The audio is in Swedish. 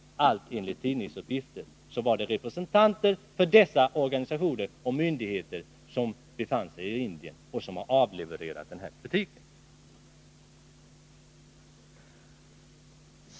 Enligt tidningsuppgifter var det representanter för dessa organisationer och myndigheter som befann sig i Indien och riktade denna kritik.